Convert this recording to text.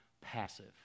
passive